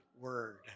word